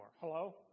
Hello